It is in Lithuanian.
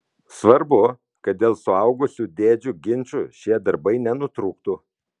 svarbu kad dėl suaugusių dėdžių ginčų šie darbai nenutrūktų